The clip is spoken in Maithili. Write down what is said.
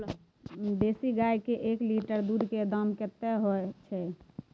देसी गाय के एक लीटर दूध के दाम कतेक होय छै?